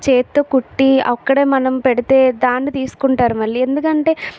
చేతితో కుట్టి అక్కడ మనం పెడితే దాన్ని తీసుకుంటారు మళ్ళీ ఎందుకంటే